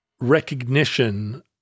recognition